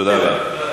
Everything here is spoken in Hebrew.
תודה רבה.